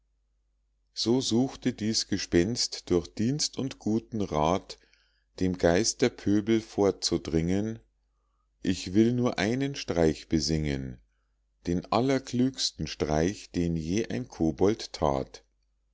so suchte dies gespenst durch dienst und guten rath dem geisterpöbel vorzudringen ich will nur einen streich besingen den allerklügsten streich den je ein kobold that